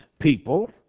people